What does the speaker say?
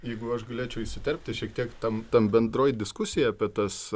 jeigu aš galėčiau įsiterpti šiek tiek tam tam bendroj diskusijoje apie tas